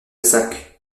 sac